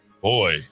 Boy